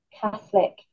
Catholic